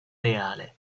reale